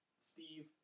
Steve